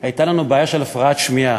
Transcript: הייתה לנו בעיה של הפרעת שמיעה,